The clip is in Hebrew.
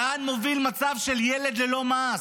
לאן מוביל מצב של ילד ללא מעש,